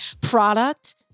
Product